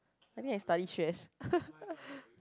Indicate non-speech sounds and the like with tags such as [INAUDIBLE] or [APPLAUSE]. I think I study stress [LAUGHS]